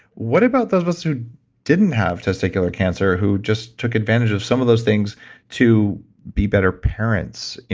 what about those of us who didn't have testicular cancer who just took advantage of some of those things to be better parents,